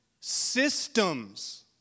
systems